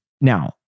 Now